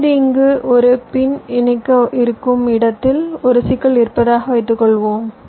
இப்போது இங்கு ஒரு பின் இணைக்க இருக்கும் இடத்தில் ஒரு சிக்கல் இருப்பதாக வைத்துக்கொள்வோம்